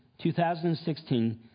2016